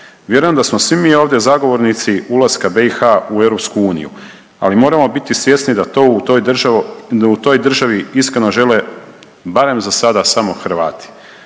Vjerujem da smo svi mi ovdje zagovornici ulaska BiH u EU, ali moramo biti svjesni da to u toj državi iskreno žele barem za sada samo Hrvati.